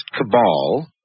cabal